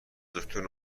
دکتر